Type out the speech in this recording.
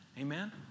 Amen